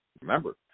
Remember